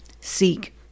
seek